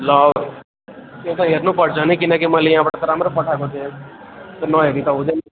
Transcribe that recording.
ल एउटा हेर्नुपर्छ नि किनकि मैले यहाँबाट त राम्रो पठाएको थिएँ त्यो नहेरी त हुँदैन